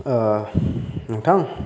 ओ नोंथां